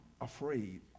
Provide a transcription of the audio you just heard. afraid